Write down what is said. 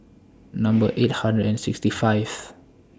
Number eight hundred and sixty five